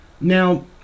Now